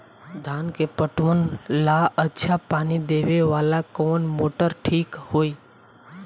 धान के पटवन ला अच्छा पानी देवे वाला कवन मोटर ठीक होई?